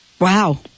Wow